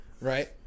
right